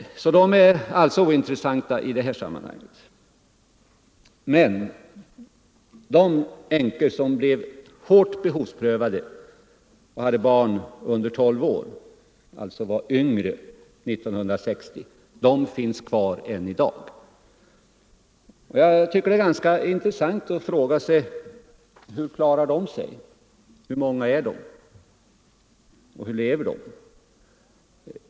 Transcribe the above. De är ointressanta i det här sammanhanget. Men de änkor vilkas pensioner blev hårt behovsprövade och som hade barn under 12 år — och således var yngre 1960 — finns kvar än i dag. Jag tycker att det är ganska intressant att fråga: Hur klarar de sig? Hur många är de? Hur lever de?